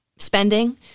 spending